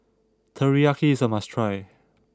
Teriyaki is a must try